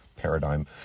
paradigm